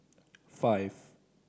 five